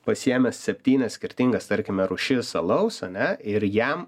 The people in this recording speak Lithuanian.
pasiėmęs septynias skirtingas tarkime rūšis alaus ane ir jam